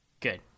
Good